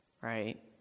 right